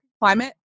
climate